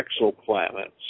exoplanets